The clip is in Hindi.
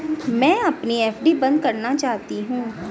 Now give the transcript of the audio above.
मैं अपनी एफ.डी बंद करना चाहती हूँ